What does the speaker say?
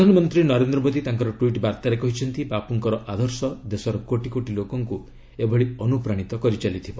ପ୍ରଧାନମନ୍ତ୍ରୀ ନରେନ୍ଦ୍ର ମୋଦି ତାଙ୍କର ଟ୍ୱିଟ୍ ବାର୍ତ୍ତାରେ କହିଛନ୍ତି ବାପୁଙ୍କର ଆଦର୍ଶ ଦେଶର କୋଟି କୋଟି ଲୋକଙ୍କୁ ଏଭଳି ଅନୁପ୍ରାଣିତ କରି ଚାଲିଥିବ